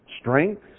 strength